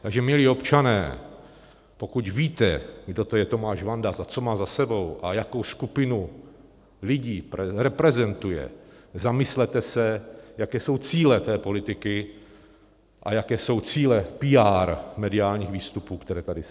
Takže, milí občané, pokud víte, kdo to je Tomáš Vandas, co má za sebou a jakou skupinu lidí reprezentuje, zamyslete se, jaké jsou cíle té politiky a jaké jsou cíle píár, mediálních výstupů, které tady slyšíte.